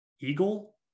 Eagle